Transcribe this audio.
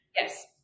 Yes